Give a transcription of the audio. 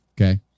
Okay